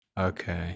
Okay